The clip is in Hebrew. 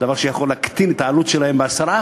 דבר שיכול להקטין את העלות שלהם ב-10%,